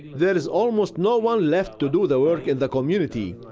there's almost no one left to do the work in the community.